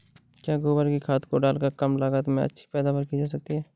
क्या गोबर की खाद को डालकर कम लागत में अच्छी पैदावारी की जा सकती है?